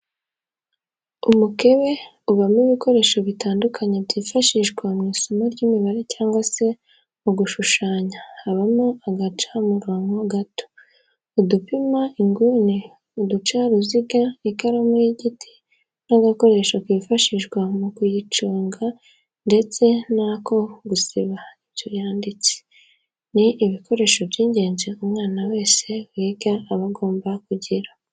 Umukebe ubamo ibikoresho bitandukanye byifashishwa mu isomo ry'imibare cyangwa se mu gushushanya habamo agacamurobo gato, udupima inguni, uducaruziga, ikaramu y'igiti n'agakoresho kifashishwa mu kuyiconga ndetse n'ako gusiba ibyo yanditse, ni ibikoresho by'ingenzi umwana wese wiga aba agomba kugira.